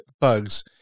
bugs